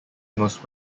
most